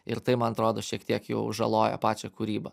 ir tai man atrodo šiek tiek jau žaloja pačią kūrybą